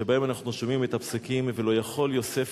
שבהם אנחנו שומעים את הפסוקים: "ולא יכל יוסף